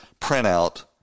printout